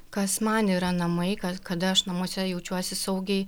kas man yra namai ka kada aš namuose jaučiuosi saugiai